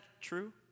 true